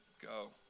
go